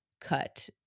cut